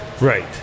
right